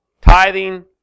Tithing